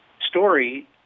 story